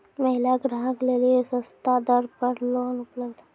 महिला ग्राहक लेली सस्ता दर पर लोन उपलब्ध छै?